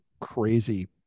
crazy